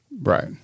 Right